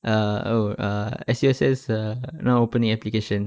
ah oh ah S_U_S_S err now opening application